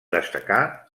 destacar